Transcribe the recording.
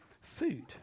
food